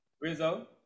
Rizzo